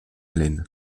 allen